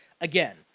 again